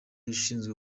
ushinzwe